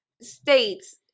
states